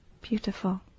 beautiful